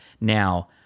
Now